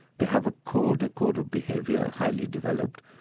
they have a code, a code of behaviour, highly developed.